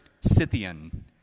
Scythian